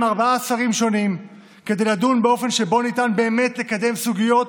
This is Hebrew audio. ארבעה שרים שונים כדי לדון באופן שבו ניתן באמת לקדם סוגיות